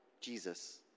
Jesus